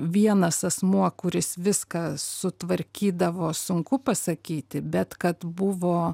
vienas asmuo kuris viską sutvarkydavo sunku pasakyti bet kad buvo